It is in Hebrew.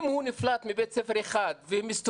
אם הוא נפלט מבית ספר אחד ומסתובב